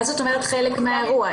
מה זאת אומרת חלק מהאירוע?